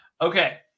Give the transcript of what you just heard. okay